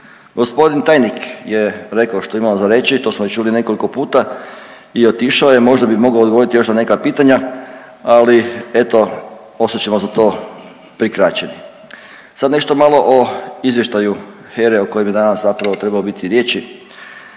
Gospodin tajnik je rekao što imamo za reći. To smo već čuli nekoliko puta i otišao je. Možda bi mogao odgovoriti još na neka pitanja, ali eto ostat ćemo za to prikraćeni. Sad nešto malo o izvještaju HERA-e o kojem je danas zapravo trebalo biti riječi.